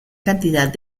cantidad